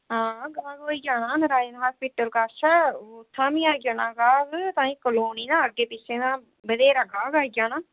हां गाह्क होई आना नारायण हास्पिटल कश ऐ उत्थों बी आई आना गाह्क तुआहीं कलोनी ना अग्गें पिच्छें दा बत्थेरा गाह्क आई आना